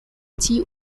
tiu